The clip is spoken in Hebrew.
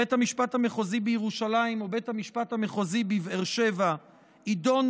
בית המשפט המחוזי בירושלים או בית המשפט המחוזי בבאר שבע יידונו